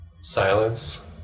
silence